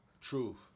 Truth